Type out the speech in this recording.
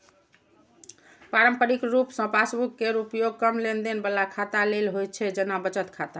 पारंपरिक रूप सं पासबुक केर उपयोग कम लेनदेन बला खाता लेल होइ छै, जेना बचत खाता